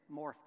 morphed